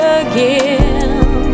again